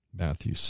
Matthew